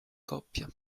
coppia